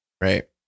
right